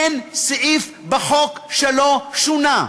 אין סעיף בחוק שלא שונה.